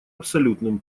абсолютным